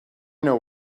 know